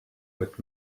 with